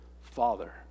father